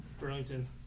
Burlington